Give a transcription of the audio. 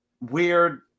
weird